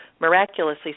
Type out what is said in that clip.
miraculously